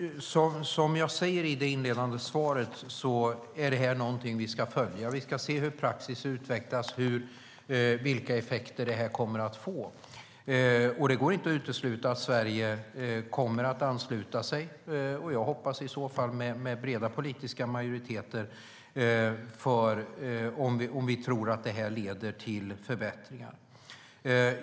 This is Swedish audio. Herr talman! Som jag sade i det inledande svaret är detta någonting som vi ska följa. Vi ska se hur praxis utvecklas och vilka effekter detta kommer att få. Det går inte att utesluta att Sverige kommer att ansluta sig till detta - jag hoppas i så fall med bred politisk majoritet - om vi tror att detta leder till förbättringar.